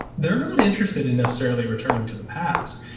they're not interested in necessarily returning to the past.